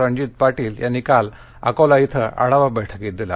रणजीत पाटील यांनी काल अकोला इथं आढावा बैठकीत दिला